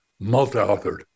multi-authored